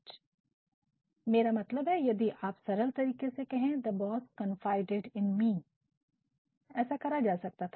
boss ने मुझे भरोसे में लेकर अपना राज़ मुझे बता दिया मेरा मतलब है यदि आप सरल तरीके से कहते the boss confided in me करा जा सकता था